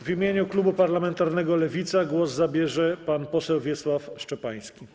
W imieniu klubu parlamentarnego Lewica głos zabierze pan poseł Wiesław Szczepański.